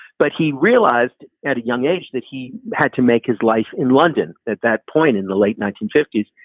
but he realised at a young age that he had to make his life in london. at that point in the late nineteen fifty s,